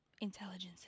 intelligences